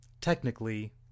technically